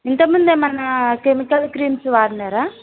ఇంతకుముందు ఏమన్న chemical creams వాడినారా